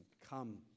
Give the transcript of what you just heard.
come